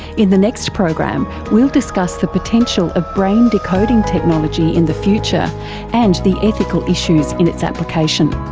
in the next program we'll discuss the potential of brain decoding technology in the future and the ethical issues in its application.